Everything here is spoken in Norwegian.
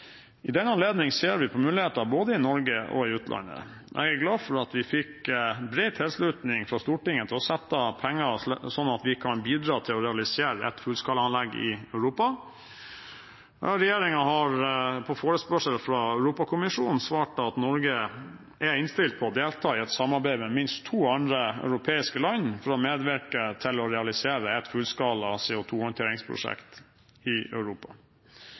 I den anledning ser vi på muligheter både i Norge og i utlandet. Jeg er glad for at vi fikk bred tilslutning fra Stortinget til å sette av penger sånn at vi kan bidra til å realisere et fullskalaanlegg i Europa. Regjeringen har på forespørsel fra Europakommisjonen svart at Norge er innstilt på å delta i et samarbeid med minst to andre europeiske land for å medvirke til å realisere et fullskala CO2-håndteringsprosjekt i Europa.